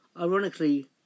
Ironically